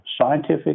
scientific